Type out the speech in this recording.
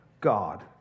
God